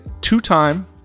two-time